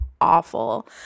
awful